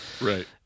right